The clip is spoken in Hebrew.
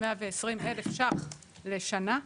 120 אלף ₪ לשנה,